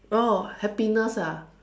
oh happiness ah